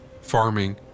farming